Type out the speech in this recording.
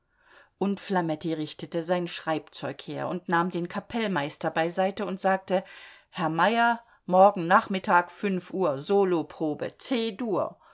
und flametti richtete sein schreibzeug her und nahm den kapellmeister beiseite und sagte herr meyer morgen nachmittag fünf uhr soloprobe c dur